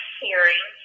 hearing